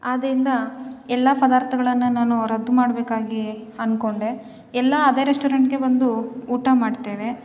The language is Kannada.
ಆದರಿಂದ ಎಲ್ಲ ಪದಾರ್ಥಗಳನ್ನು ನಾನು ರದ್ದು ಮಾಡಬೇಕಾಗಿ ಅಂದ್ಕೊಂಡೆ ಎಲ್ಲ ಅದೆ ರೆಸ್ಟೋರೆಂಟಿಗೆ ಬಂದು ಊಟ ಮಾಡ್ತೇವೆ